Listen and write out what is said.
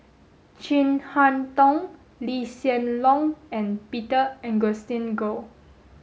Chin Harn Tong Lee Hsien Loong and Peter Augustine Goh